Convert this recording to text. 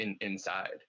inside